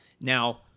Now